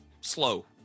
slow